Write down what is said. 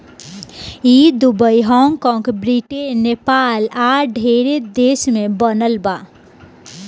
ई Dubai, Hong कॉग, Britain, Nepal आ ढेरे देश में बनल बा